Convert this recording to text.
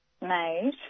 made